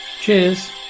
Cheers